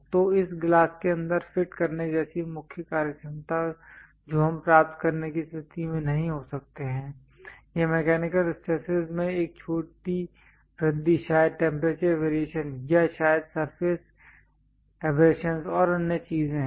तो इस ग्लास को अंदर फिट करने जैसी मुख्य कार्यक्षमता जो हम प्राप्त करने की स्थिति में नहीं हो सकते हैं यह मैकेनिकल स्ट्रेसेस में एक छोटी वृद्धि शायद टेंपरेचर वेरिएशन या शायद सरफेस एब्रेशंस और अन्य चीजें हैं